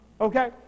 Okay